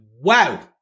Wow